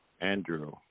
Andrew